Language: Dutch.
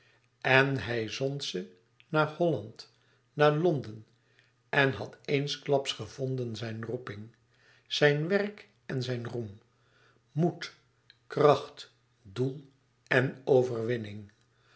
en hij zond ze naar holland naar londen en had eensklaps gevonden zijn roeping zijn werk en zijn roem moed kracht doel en overwinning